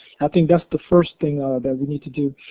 i think that's the first thing that we need to do.